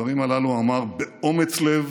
אמר באומץ לב